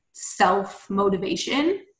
self-motivation